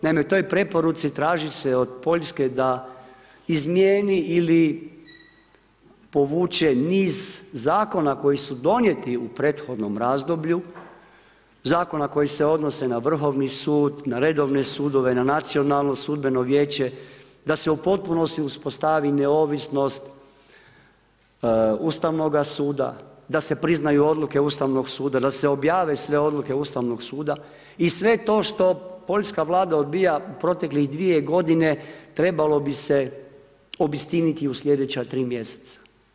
Naime u toj preporuci traži se od Poljske da izmijeni ili povuče niz zakona koji su donijeti u prethodnom razdoblju, zakona koji se odnose na Vrhovni sud, na redovne sudove, na nacionalno sudbeno vijeće, da se u potpunosti uspostavi neovisnost Ustavnoga suda, da se priznaju odluke Ustavnog suda, da se objave sve odluke Ustavnog i sve to što Poljska vlada odbija u proteklih dvije godine trebalo bi se obistiniti u sljedeća tri mjeseca.